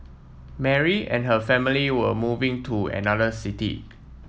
Mary and her family were moving to another city